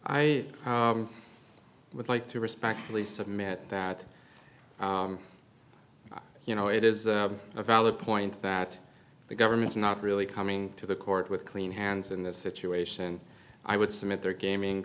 rebel i would like to respectfully submit that you know it is a valid point that the government's not really coming to the court with clean hands in this situation i would submit their gaming